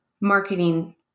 marketing